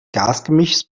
gasgemischs